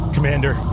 Commander